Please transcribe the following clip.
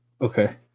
Okay